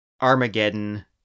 Armageddon